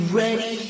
ready